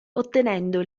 ottenendo